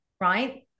right